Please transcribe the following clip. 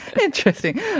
Interesting